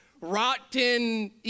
rotten